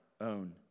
own